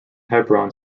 hebron